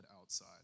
outside